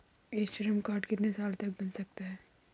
ई Shram card कितने साल तक बन सकता है?